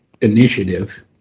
initiative